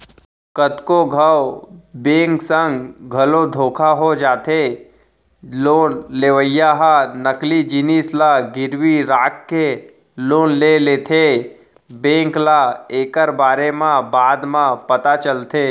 कतको घांव बेंक संग घलो धोखा हो जाथे लोन लेवइया ह नकली जिनिस ल गिरवी राखके लोन ले लेथेए बेंक ल एकर बारे म बाद म पता चलथे